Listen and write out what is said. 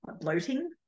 bloating